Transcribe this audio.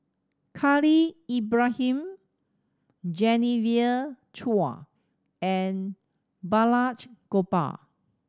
Khalil Ibrahim Genevieve Chua and Balraj Gopal